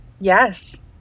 Yes